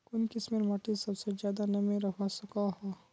कुन किस्मेर माटी सबसे ज्यादा नमी रखवा सको हो?